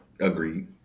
Agreed